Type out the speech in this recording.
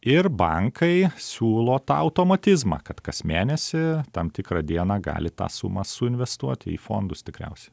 ir bankai siūlo tą automatizmą kad kas mėnesį tam tikrą dieną gali tą sumą suinvestuoti į fondus tikriausiai